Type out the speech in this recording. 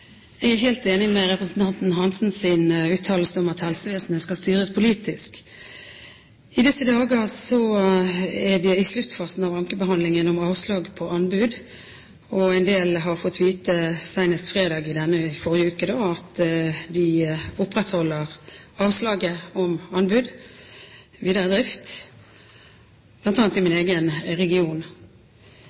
Jeg er helt enig i representanten Hansens uttalelse om at helsevesenet skal styres politisk. I disse dager er man i sluttfasen av ankebehandlingen av avslag på anbud, og en del har fått vite, senest fredag i forrige uke, at man opprettholder avslaget på anbud om videre drift, bl.a. i min egen region.